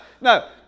no